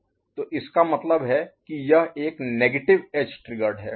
तो इसका मतलब है कि यह एक नेगेटिव एज ट्रिगर्ड है